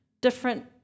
different